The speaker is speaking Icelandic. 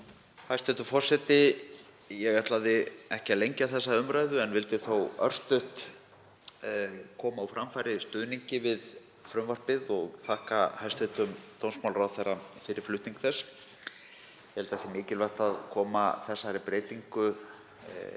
Hæstv. forseti. Ég ætlaði ekki að lengja þessa umræðu en vildi þó örstutt koma á framfæri stuðningi við frumvarpið og þakka hæstv. dómsmálaráðherra fyrir flutning þess. Ég held að það sé mikilvægt að koma þessari breytingu í